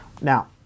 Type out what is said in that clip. Now